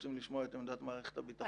צריך לשמוע את עמדת מערכת הביטחון.